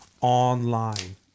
online